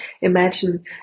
imagine